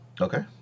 Okay